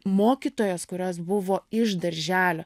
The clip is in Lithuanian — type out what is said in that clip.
mokytojos kurios buvo iš darželio